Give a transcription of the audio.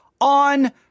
on